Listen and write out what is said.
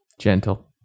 Gentle